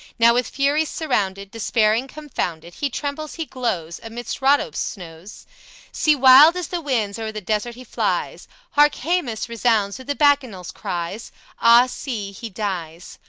now with furies surrounded, despairing, confounded, he trembles, he glows, amidst rhodope's snows see, wild as the winds o'er the desert he flies hark! haemus resounds with the bacchanals' cries ah, see, he dies!